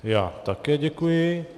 Já také děkuji.